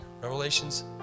Revelations